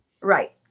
right